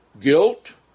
Guilt